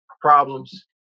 problems